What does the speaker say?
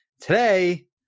today